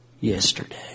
yesterday